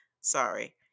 Sorry